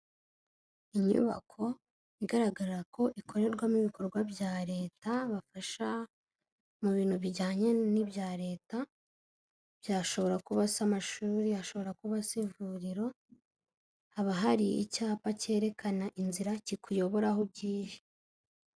Inyubako igaragara ko ikorerwamo ibikorwa bya leta, bafasha mu bintu bijyanye n'ibya leta, byashobora kuba se amashuri, ashobora kuba se ivuriro, haba hari icyapa cyerekana inzira kikuyobora aho ugiye.